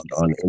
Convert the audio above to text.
on